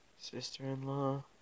Sister-in-law